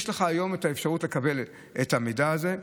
יש לך היום אפשרות לקבל את המידע הזה,